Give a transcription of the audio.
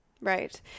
Right